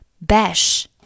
Bash